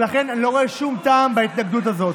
ולכן אני לא רואה שום טעם בהתנגדות הזאת.